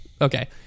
okay